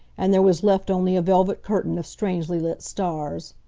and there was left only a velvet curtain of strangely-lit stars.